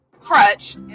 crutch